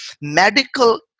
medical